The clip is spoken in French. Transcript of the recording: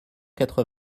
quatre